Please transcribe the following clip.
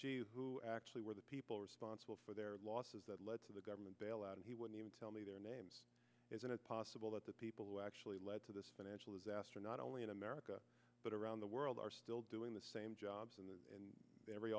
the who actually were the people responsible for their losses that led to the government bailout and he wouldn't tell me their names isn't it possible that the people who actually led to the financial disaster not only in america but around the world are still doing the same jobs and every